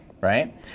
right